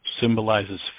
symbolizes